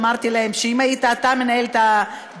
אמרתי להם שאם היית אתה מנהל את הדיון,